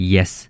Yes